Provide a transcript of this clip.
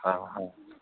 ହଁ ହଁ